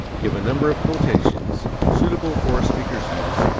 give a number of quotations, suitable for a speaker's use,